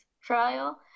trial